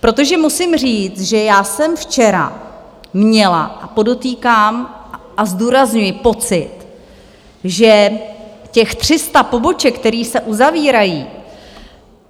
Protože musím říct, že já jsem včera měla, a podotýkám a zdůrazňuji, pocit, že těch 300 poboček, které se uzavírají,